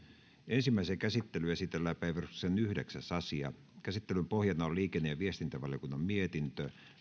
ensimmäiseen käsittelyyn esitellään päiväjärjestyksen yhdeksäs asia käsittelyn pohjana on liikenne ja viestintävaliokunnan mietintö